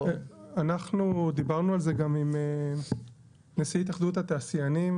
אנחנו דיברנו על זה גם עם נשיא התאחדות התעשיינים